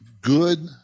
good